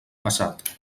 passat